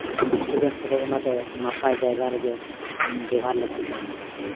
student ᱠᱚᱫᱚ ᱚᱱᱟ ᱫᱚ ᱱᱟᱯᱟᱭ ᱡᱟᱭᱜᱟ ᱨᱮᱜᱮ ᱵᱮᱵᱷᱟᱨ ᱞᱟᱹᱠᱛᱤ ᱠᱟᱱᱟ